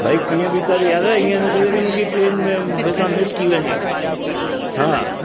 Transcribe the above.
भई कीअं बि कर यार हीअं न थी वञे मुंहिंजी ट्रेन में मूं सां मिस थी वञे हा